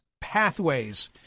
Pathways